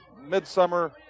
midsummer